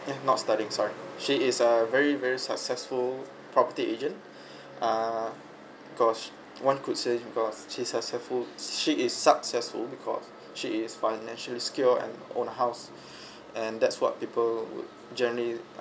eh not studying sorry she is a very very successful property agent ah cause one could say because she's successful she is successful because she is financially secure and own a house and that's what people would generally